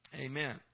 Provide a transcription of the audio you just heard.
Amen